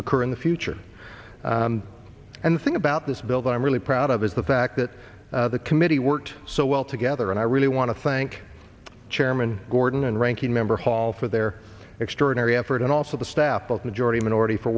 occur in the future and the thing about this bill that i'm really proud of is the fact that the committee worked so well together and i really want to thank chairman gordon and ranking member hall for their extraordinary effort and also the staff of majority minority for